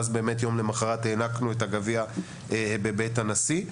באמת, יום למחרת הענקנו את הגביע בבית הנשיא.